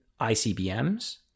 ICBMs